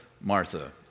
Martha